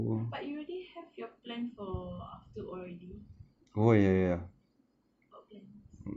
but you already have your plan for after already what plans